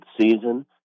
season